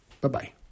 Bye-bye